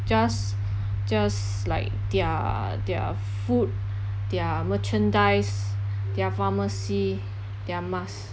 just just like their their food their merchandise their pharmacy their mask